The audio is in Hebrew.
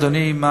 אדוני,